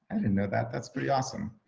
i didn't know that. that's pretty awesome.